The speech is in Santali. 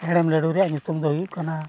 ᱦᱮᱲᱮᱢ ᱞᱟᱹᱰᱩ ᱨᱮᱭᱟᱜ ᱧᱩᱛᱩᱢ ᱫᱚ ᱦᱩᱭᱩᱜ ᱠᱟᱱᱟ